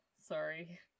Sorry